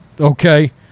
Okay